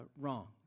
wrong